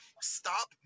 stop